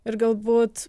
ir galbūt